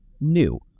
new